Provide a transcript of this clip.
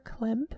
Klimp